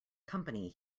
company